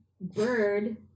Bird